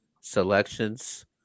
selections